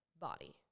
body